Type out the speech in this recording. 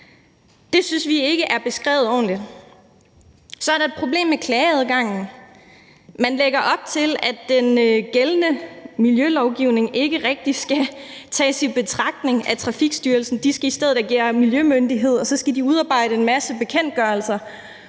Det synes vi ikke er beskrevet ordentligt. Så er der et problem med klageadgangen. Man lægger op til, at den gældende miljølovgivning ikke rigtig skal tages i betragtning af Trafikstyrelsen. De skal i stedet agere miljømyndighed, og så skal de udarbejde en masse bekendtgørelser,